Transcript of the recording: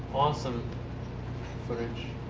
awesome footage